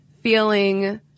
feeling